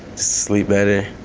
sleep better.